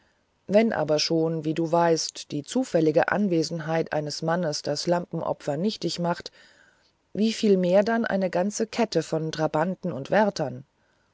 wenn aber schon wie du weißt die zufällige anwesenheit eines mannes das lampenopfer nichtig macht wie viel mehr dann eine ganze kette von trabanten und wärtern